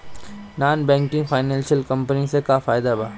Non banking financial company से का फायदा बा?